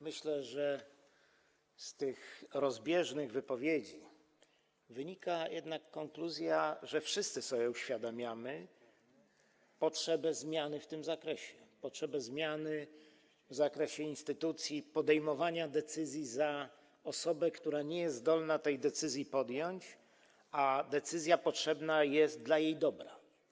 Myślę, że z tych rozbieżnych wypowiedzi wynika jednak konkluzja, że wszyscy sobie uświadamiamy potrzebę zmiany w tym zakresie, potrzebę zmiany w zakresie instytucji podejmowania decyzji za osobę, która nie jest zdolna tej decyzji podjąć, a decyzja potrzebna jest dla jej dobra.